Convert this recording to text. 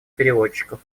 переводчиков